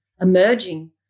emerging